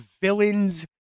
villains